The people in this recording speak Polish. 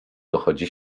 dochodzi